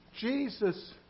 Jesus